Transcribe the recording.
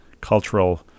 cultural